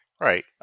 Right